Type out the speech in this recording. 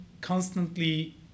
constantly